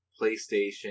PlayStation